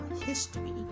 history